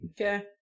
Okay